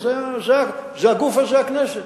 זה הגוף וזאת הכנסת.